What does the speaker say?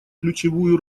ключевую